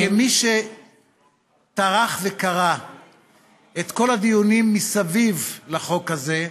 כמי שטרח וקרא את כל הדיונים מסביב לחוק הזה,